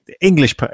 English